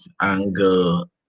angle